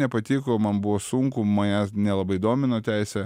nepatiko man buvo sunku manęs nelabai domina teisė